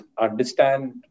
understand